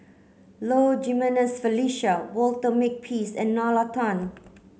Low Jimenez Felicia Walter Makepeace and Nalla Tan